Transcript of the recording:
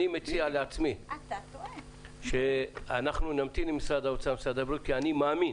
אני מציע לעצמי שאנחנו נמתין עם משרד האוצר ומשרד הבריאות כי אני מאמין